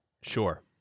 Sure